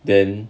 then